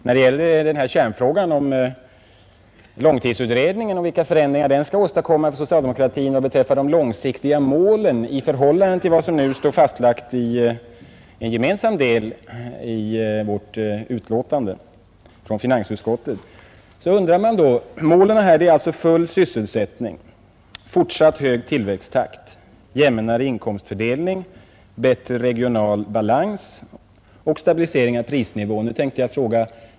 Jag vill resa ett spörsmål i samband med kärnfrågan om vilka förändringar långtidsutredningen skall medföra för socialdemokratin och om de långsiktiga målen i förhållande till vad som nu uttalats i den gemensamma delen av betänkandet från finansutskottet. Dessa mål är ju full sysselsättning, fortsatt hög tillväxttakt, jämnare inkomstfördelning, bättre regional balans och stabilisering av prisnivån.